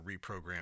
reprogram